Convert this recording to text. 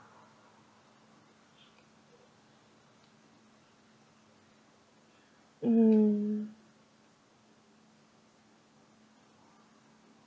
mm